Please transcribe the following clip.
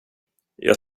jag